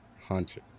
Hunter